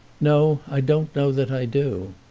no, i don't know that i do.